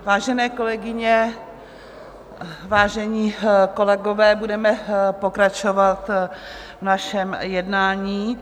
Vážené kolegyně, vážení kolegové, budeme pokračovat v našem jednání.